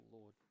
Lord